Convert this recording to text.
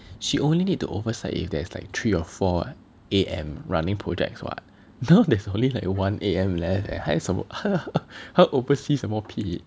she only need to oversight if there's like three or four A_M running projects what now there's only like one A_M left and 他要什么他要 oversee 什么屁